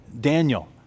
Daniel